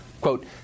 Quote